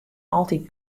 altyd